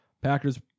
Packers